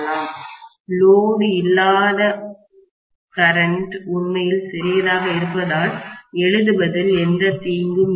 சுமை லோடு இல்லாத மின்னோட்டம்கரண்ட் உண்மையில் சிறியதாக இருப்பதால் எழுதுவதில் எந்தத் தீங்கும் இல்லை